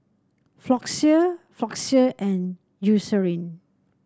Floxia Floxia and Eucerin